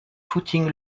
footing